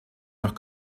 noch